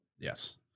Yes